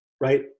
right